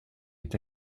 est